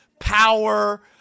power